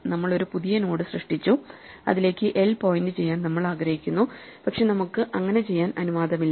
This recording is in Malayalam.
നമ്മൾ ഒരു പുതിയ നോഡ് സൃഷ്ടിച്ചു അതിലേക്ക് l പോയിന്റ് ചെയ്യാൻ നമ്മൾ ആഗ്രഹിക്കുന്നു പക്ഷേ നമുക്ക് അങ്ങനെ ചെയ്യാൻ അനുവാദമില്ല